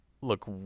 look